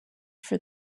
for